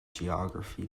geography